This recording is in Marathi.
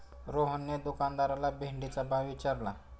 रोहनने दुकानदाराला भेंडीचा भाव विचारला